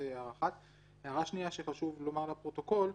הערה שנייה שחשוב לומר לפרוטוקול: